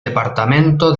departamento